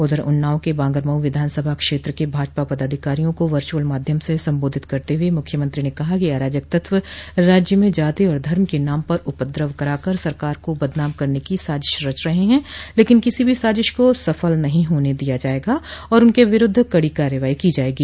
उधर उन्नाव के बांगरमऊ विधानसभा क्षेत्र के भाजपा पदाधिकारियों को वर्च्रअल माध्यम से संबोधित करते हुए मुख्यमंत्री ने कहा कि अराजकतत्व राज्य में जाति और धर्म के नाम पर उपद्रव करा कर सरकार को बदनाम करने की साजिश रच रहे हैं लेकिन किसी भी साजिश को सफल नहीं होने दिया जायेगा और उनके विरूद्व कड़ी कार्रवाई की जायेगी